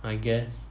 I guess